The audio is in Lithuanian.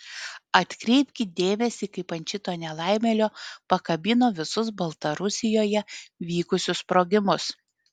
atkreipkit dėmesį kaip ant šito nelaimėlio pakabino visus baltarusijoje vykusius sprogimus